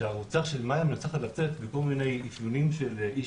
שהרוצח של מאיה מנסה לצאת בגלל כל מיני אפיונים של אי